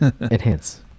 enhance